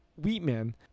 Wheatman